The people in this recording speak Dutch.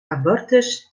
abortus